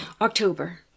October